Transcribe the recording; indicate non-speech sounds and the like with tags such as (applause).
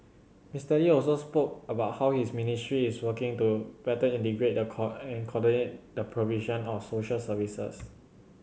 Mister Lee also spoke about how his ministry is working to better integrate (unintelligible) cow and coordinate the provision of social services